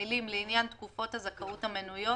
המילים "לעניין תקופות הזכאות המנויות